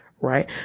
right